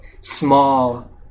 small